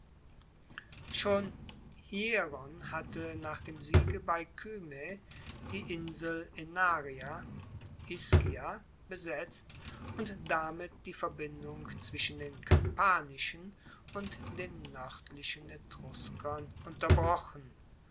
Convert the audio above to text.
schon hieron hatte nach dem siege bei kyme die insel aenaria ischia besetzt und damit die verbindung zwischen den kampanischen und den noerdlichen etruskern unterbrochen